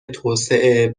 توسعه